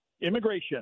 Immigration